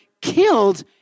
killed